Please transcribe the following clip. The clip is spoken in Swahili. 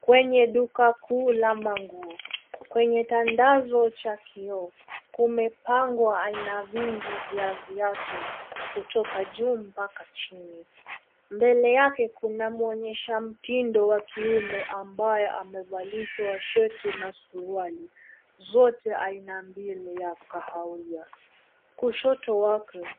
Kwenye duka kuu la manguo, kwenye tandazo cha kioo, kumepangwa aina vingi vya viatu, kutoka juu mpaka chini, mbele yake kuna mwonyesha mtindo wa kiume ambaye amevalishwa shati na suruali, zote aina mbili ya kahawia, kushoto wake,